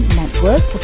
network